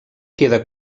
queda